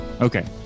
okay